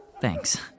Thanks